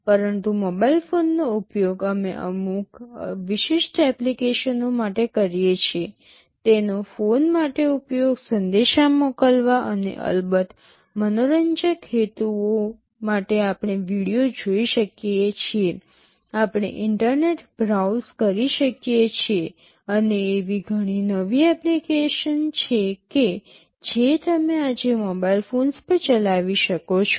પરંતુ મોબાઇલ ફોનનો ઉપયોગ અમે અમુક વિશિષ્ટ એપ્લિકેશનો માટે કરીએ છીએ તેનો ફોન માટે ઉપયોગ સંદેશા મોકલવા અને અલબત્ત મનોરંજક હેતુઓ માટે આપણે વિડિઓ જોઈ શકીએ છીએ આપણે ઇન્ટરનેટ બ્રાઉઝ કરી શકીએ છીએ અને એવી ઘણી નવી એપ્લિકેશન છે કે જે તમે આજે મોબાઇલ ફોન્સ પર ચલાવી શકો છો